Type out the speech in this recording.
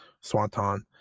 Swanton